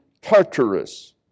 Tartarus